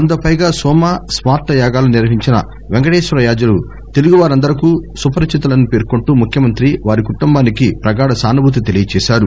వందకు పైగా నోమ స్కార్త యాగాలను నిర్వహించిన వెంకటేశ్వర యాజులు తెలుగువారందరుకూ సుపరిచితులని పేర్చింటూ ముఖ్యమంత్రి వారి కుటుంబానికి ప్రగాఢ సానుభూతి తెలియజేశారు